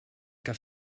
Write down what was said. que